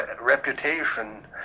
reputation